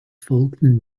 folgten